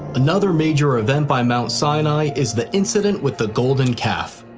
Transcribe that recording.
another major event by mount sinai is the incident with the golden calf.